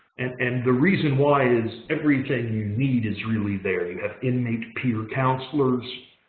and the reason why is everything you need is really there. you have inmate peer counselors,